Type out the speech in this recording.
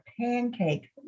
pancake